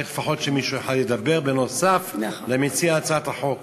צריך שלפחות מישהו אחד ידבר נוסף על מציע הצעת החוק.